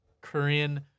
Korean